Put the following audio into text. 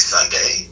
Sunday